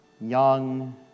Young